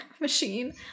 machine